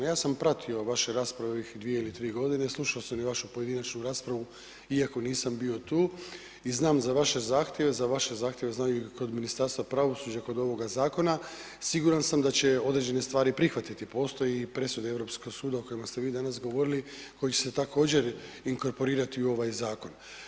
Ja sam pratio vaše rasprave ovih 2 ili 3 g., slušao sam i vašu pojedinačnu raspravu iako nisam bio tu i znam za vaše zahtjeve, za vaše zahtjeve znam i kod Ministarstva pravosuđa i kod ovoga zakona, siguran sam da će određene stvari prihvatiti, postoje presude Europskog suda o kojima ste vi danas govorili, koje će se također inkorporirati u ovaj zakon.